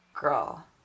Girl